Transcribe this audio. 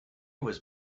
was